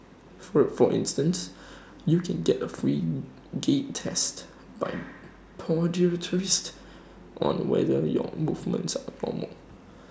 for instance you can get A free gait test by podiatrists on whether your movements are normal